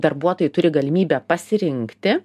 darbuotojai turi galimybę pasirinkti